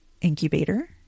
incubator